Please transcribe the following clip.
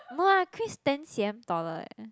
no lah Chris ten C_M taller leh